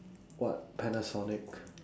what panasonic